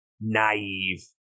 Naive